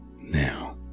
now